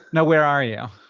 no, where are you?